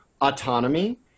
autonomy